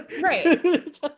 Right